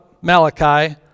Malachi